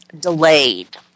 delayed